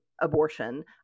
abortion